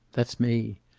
that's me.